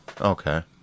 Okay